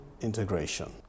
integration